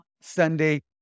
Sunday